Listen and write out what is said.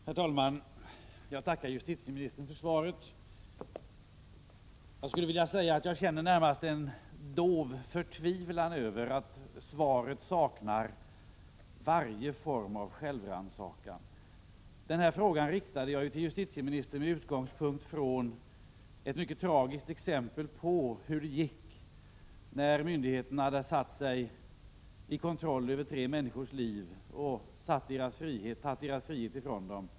Herr talman! Jag tackar justitieministern för svaret. Jag skulle vilja säga att jag känner närmast en dov förtvivlan över att svaret saknar varje form av självrannsakan. Interpellationen riktade jag ju till justitieministern med utgångspunkt i ett mycket tragiskt exempel på hur det gick när myndigheterna hade tagit kontroll över tre människors liv och tagit deras frihet ifrån dem.